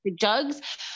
jugs